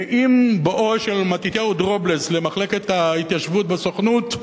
שעם בואו של מתתיהו דרובלס למחלקת ההתיישבות בסוכנות,